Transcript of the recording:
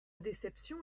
déception